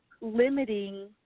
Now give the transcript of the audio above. limiting